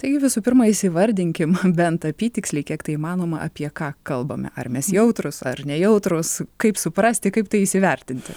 taigi visų pirma įsivardinkim bent apytiksliai kiek tai įmanoma apie ką kalbame ar mes jautrūs ar nejautrūs kaip suprasti kaip tai įsivertinti